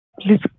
Please